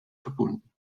verbunden